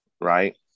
right